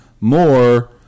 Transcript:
more